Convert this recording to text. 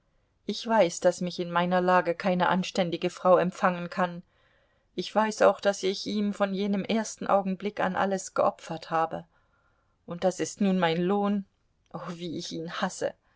ich weiß daß mich in meiner lage keine anständige frau empfangen kann ich weiß auch daß ich ihm von jenem ersten augenblick an alles geopfert habe und das ist nun mein lohn oh wie ich ihn hasse